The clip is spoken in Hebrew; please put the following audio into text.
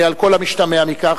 על כל המשתמע מכך,